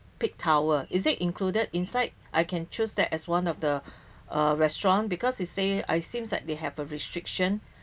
peak tower is it included inside I can choose that as one of the uh restaurant because it say I seems like they have a restriction